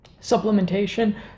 supplementation